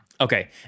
Okay